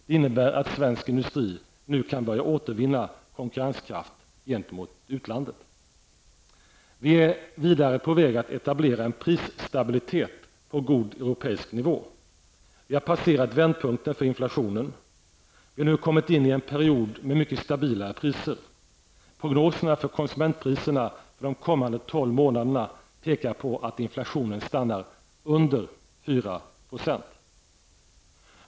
Det innebär att svensk industri nu kan börja återvinna konkurrenskraft gentemot utlandet. Vi är, vidare, på väg att etablera en prisstabilitet på god europeisk nivå. Vi har passerat vändpunkten för inflationen. Vi har nu kommit in i en period med mycket stabilare priser. Prognosen för konsumentprisindex för de kommande 12 månaderna pekar på att inflation stannar under 4 procent.